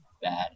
Bad